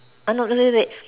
uh no no wait